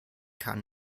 kann